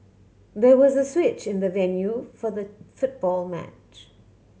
there was a switch in the venue for the football match